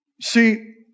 See